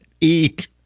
eat